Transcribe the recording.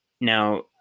now